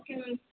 okay ma'am